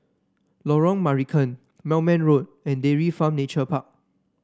Lorong Marican Moulmein Road and Dairy Farm Nature Park